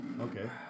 Okay